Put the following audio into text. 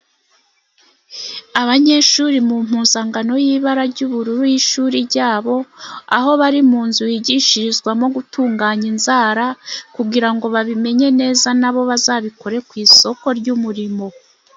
Abanyeshuri mu mpuzankano y'ibara ry'ubururu y'ishuri ryabo, aho bari mu nzu yigishirizwamo gutunganya inzara kugira ngo babimenye neza nabo bazabikore ku isoko ry'uumurimo.